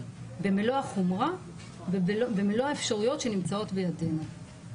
במלוא החומרה ובמלוא האפשרויות שנמצאות בידינו.